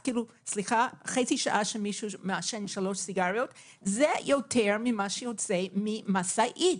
חצי שעה שמישהו מעשן שלוש סיגריות זה יותר ממה שיוצא ממשאית.